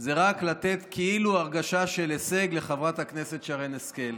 זה רק לתת כאילו הרגשה של הישג לחברת הכנסת שרן השכל.